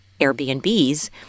Airbnbs